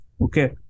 Okay